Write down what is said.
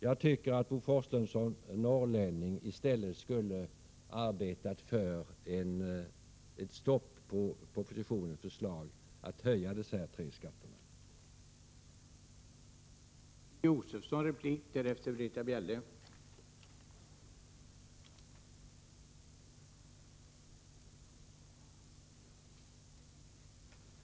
Jag tycker att Bo Forslund som norrlänning i stället borde ha arbetat för att stoppa propositionens förslag om höjning av tre skatter som tas ut av vägtrafikanterna.